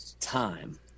time